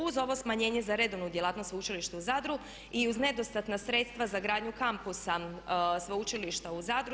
Uz ovo smanjenje za redovnu djelatnost sveučilišta u Zadru i uz nedostatna sredstva za gradnju kampusa sveučilišta u Zadru.